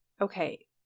Okay